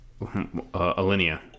Alinea